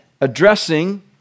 Addressing